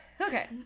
Okay